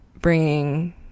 bringing